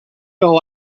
all